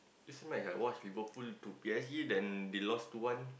this match I watch Liverpool to P_S_G then they lost two one